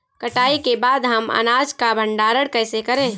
कटाई के बाद हम अनाज का भंडारण कैसे करें?